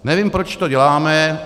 Nevím, proč to děláme.